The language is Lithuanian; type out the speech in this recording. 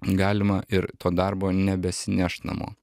galima ir to darbo nebesinešt namo